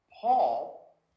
Paul